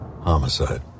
Homicide